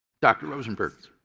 dr. rosenberg.